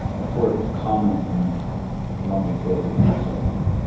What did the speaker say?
before it was common in the london theatre to do so, you know.